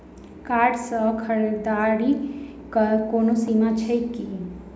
Card सँ खरीददारीक कोनो सीमा छैक की?